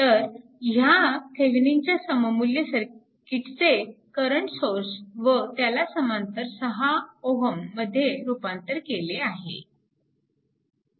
तर ह्या थेविनिनच्या सममुल्य सर्किटचे करंट सोर्स व त्याला समांतर 6Ω मध्ये रूपांतर केले आहे